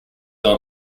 are